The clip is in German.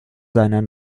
seiner